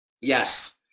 Yes